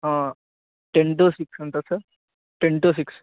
ten two six ఉంటుంది sir ten two six